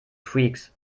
freaks